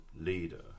leader